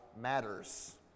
matters